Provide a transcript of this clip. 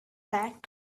that